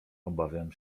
obawiam